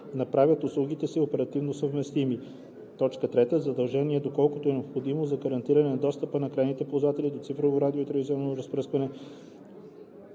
направят услугите си оперативно съвместими; 3. задължения, доколкото е необходимо за гарантиране на достъп на крайните ползватели до цифрови радио- и телевизионни разпръсквателни